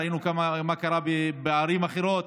ראינו מה קרה בערים אחרות,